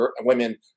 women